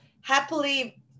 happily